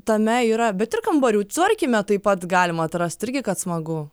tame yra bet ir kambarių tvarkyme taip pat galima atrast irgi kad smagu